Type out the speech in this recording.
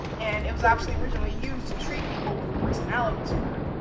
and it was actually originally used to treat people with personality disorder,